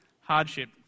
hardship